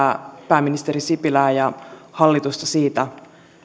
pääministeri sipilää ja hallitusta siitä että